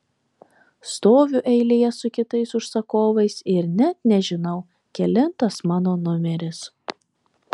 stoviu eilėje su kitais užsakovais ir net nežinau kelintas mano numeris